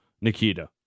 Nikita